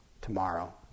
tomorrow